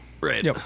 right